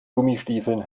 gummistiefeln